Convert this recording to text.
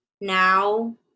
now